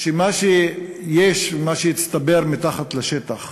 שמה שיש ומה שהצטבר מתחת לשטח